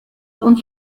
und